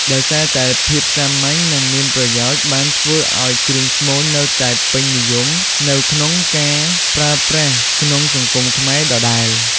ដោយសារតែភាពសាមញ្ញ និងមានប្រយោជន៍បានធ្វើឱ្យគ្រឿងស្មូននៅតែពេញនិយមនៅក្នុងការប្រើប្រាស់ក្នុងសង្គមខ្មែរដដែល។